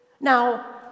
Now